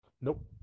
Nope